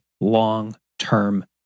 long-term